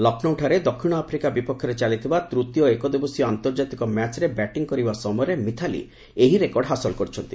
ଲକ୍ଷ୍ନୌଠାରେ ଦକ୍ଷିଣ ଆଫ୍ରିକା ବିପକ୍ଷରେ ଚାଲିଥିବା ତୂତୀୟ ଏକଦିବସୀୟ ଆନ୍ତର୍ଜାତିକ ମ୍ୟାଚ୍ରେ ବ୍ୟାଟିଂ କରିବା ସମୟରେ ମିଥାଲି ଏହି ରେକର୍ଡ ହାସଲ କରିଛନ୍ତି